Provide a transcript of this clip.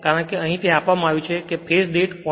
કારણ કે અહીં તે આપવામાં આવ્યું છે જેનો એક ફેજ દીઠ 0